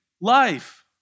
life